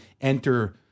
enter